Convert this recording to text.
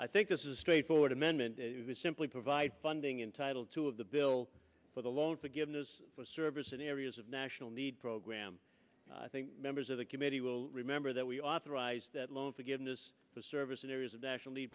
i think this is a straightforward amendment simply provide funding in title two of the bill for the loan forgiveness service in areas of national need program i think members of the committee will remember that we authorize that loan forgiveness for service in areas of national